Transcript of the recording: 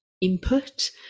input